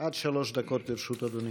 עד שלוש דקות לרשות אדוני.